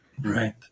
Right